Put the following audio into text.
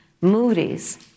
Moody's